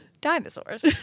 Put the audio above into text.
dinosaurs